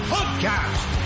Podcast